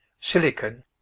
silicon